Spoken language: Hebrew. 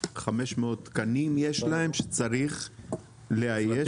500 תקנים יש להם שצריך לאייש?